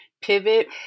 pivot